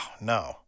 no